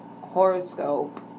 horoscope